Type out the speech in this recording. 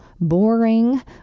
boring